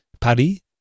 Paris